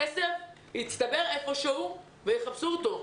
הכסף הצטבר איפשהו ויחפשו אותו.